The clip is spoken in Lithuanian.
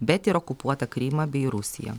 bet ir okupuotą krymą bei rusiją